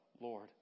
Lord